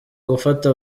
gufata